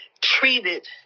treated